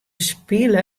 spile